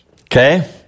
Okay